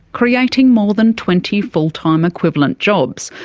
creating more than twenty full-time equivalent jobs,